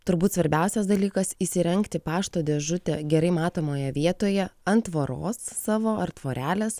turbūt svarbiausias dalykas įsirengti pašto dėžutę gerai matomoje vietoje ant tvoros savo ar tvorelės